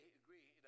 agree